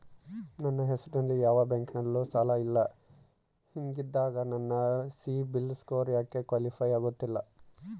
ನನ್ನ ಹೆಸರಲ್ಲಿ ಯಾವ ಬ್ಯಾಂಕಿನಲ್ಲೂ ಸಾಲ ಇಲ್ಲ ಹಿಂಗಿದ್ದಾಗ ನನ್ನ ಸಿಬಿಲ್ ಸ್ಕೋರ್ ಯಾಕೆ ಕ್ವಾಲಿಫೈ ಆಗುತ್ತಿಲ್ಲ?